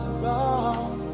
wrong